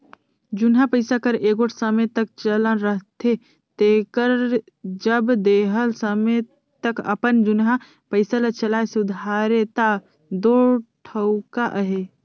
जुनहा पइसा कर एगोट समे तक चलन रहथे तेकर जब देहल समे तक अपन जुनहा पइसा ल चलाए सुधारे ता दो ठउका अहे